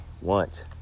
want